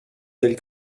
telle